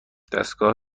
دستگاه